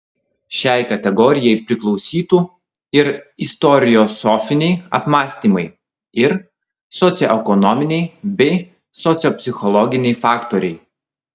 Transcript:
šiai kategorijai priklausytų ir istoriosofiniai apmąstymai ir socioekonominiai bei sociopsichologiniai faktoriai